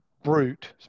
brute